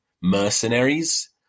mercenaries